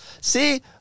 see